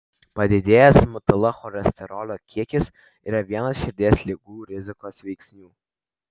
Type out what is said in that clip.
padidėjęs mtl cholesterolio kiekis yra vienas širdies ligų rizikos veiksnių